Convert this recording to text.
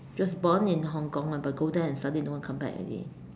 just born in Hong-Kong but go there study don't want come back already